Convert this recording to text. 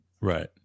Right